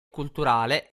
culturale